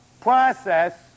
process